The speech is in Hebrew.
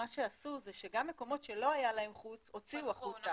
מה שעשו זה שגם מקומות שלא היה להם חוץ הוציאו החוצה.